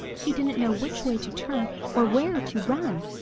he didn't know which way to turn or where to run.